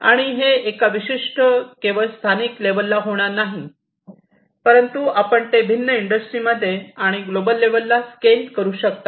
आणि हे एका विशिष्ट केवळ स्थानिक लेव्हलला होणार नाही परंतु आपण ते भिन्न इंडस्ट्रीमध्ये आणि ग्लोबल लेव्हलला स्केल करू शकता